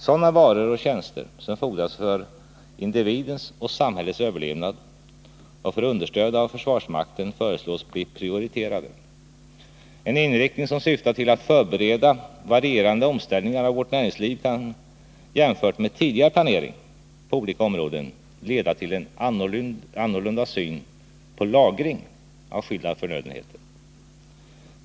Sådana varor och tjänster som fordras för individens och samhällets överlevnad och för understöd av försvarsmakten föreslås bli prioriterade. En inriktning som syftar till att förbereda varierande omställningar av vårt näringsliv kan jämfört med tidigare planering på olika områden leda till en annorlunda syn på lagring av skilda förnödenheter.